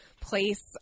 Place